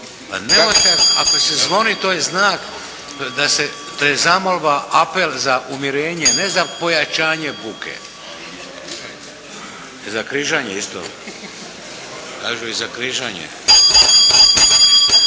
Ako se zvoni to je znak, to je zamolba, apel za umirenje, ne za pojačanje buke. **Leko, Josip (SDP)**